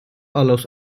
allows